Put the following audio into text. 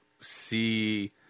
see